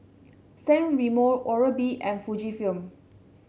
San Remo Oral B and Fujifilm